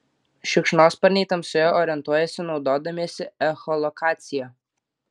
šikšnosparniai tamsoje orientuojasi naudodamiesi echolokacija